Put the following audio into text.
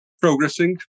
progressing